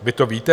Vy to víte?